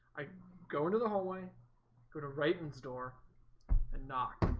i go into the hallway go to writings door and knock